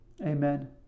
Amen